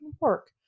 work